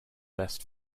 best